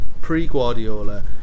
pre-Guardiola